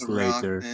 later